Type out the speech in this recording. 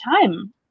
time